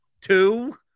two